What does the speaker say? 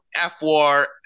F-War